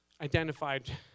identified